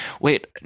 Wait